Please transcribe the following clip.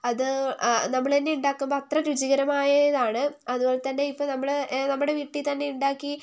അത് നമ്മൾ തന്നെ ഉണ്ടാകുമ്പോൾ അത്ര രുചികരമായതാണ് അതുപോലെ തന്നെ ഇപ്പോൾ നമ്മൾ നമ്മുടെ വീട്ടിൽ തന്നെ ഉണ്ടാക്കി